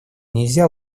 нельзя